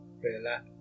relax